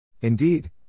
Indeed